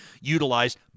utilized